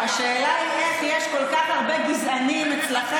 השאלה היא איך יש כל כך הרבה גזענים אצלכם,